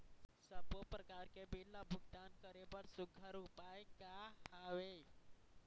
सबों प्रकार के बिल ला भुगतान करे बर सुघ्घर उपाय का हा वे?